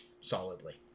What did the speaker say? solidly